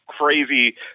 Crazy